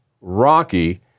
Rocky